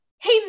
Hey